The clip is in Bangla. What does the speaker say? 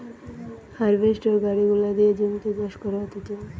হার্ভেস্টর গাড়ি গুলা দিয়ে জমিতে চাষ করা হতিছে